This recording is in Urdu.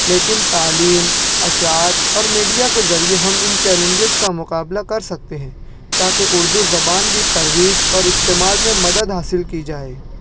لیکن تعلیم اشاعت اور میڈیا کے ذریعے ہم ان چیلنجز کا مقابلہ کر سکتے ہیں تاکہ اردو زبان کی ترویج اور استعمال میں مدد حاصل کی جائے